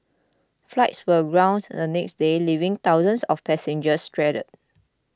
flights were grounded the next day leaving thousands of passengers stranded